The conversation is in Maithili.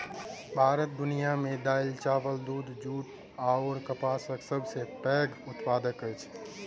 भारत दुनिया मे दालि, चाबल, दूध, जूट अऔर कपासक सबसे पैघ उत्पादक अछि